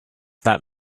that